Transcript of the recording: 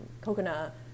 coconut